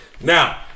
Now